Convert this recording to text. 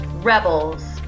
rebels